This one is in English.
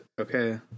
Okay